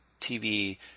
TV